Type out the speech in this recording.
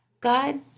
God